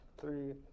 three